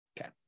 Okay